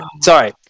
sorry